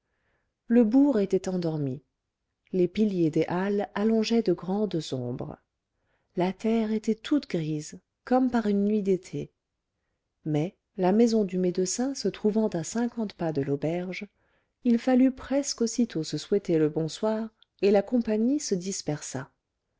le bourg était endormi les piliers des halles allongeaient de grandes ombres la terre était toute grise comme par une nuit d'été mais la maison du médecin se trouvant à cinquante pas de l'auberge il fallut presque aussitôt se souhaiter le bonsoir et la compagnie se dispersa